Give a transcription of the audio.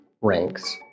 ranks